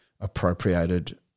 appropriated